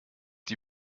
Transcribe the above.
die